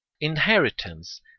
Inheritance